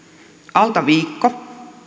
alta viikko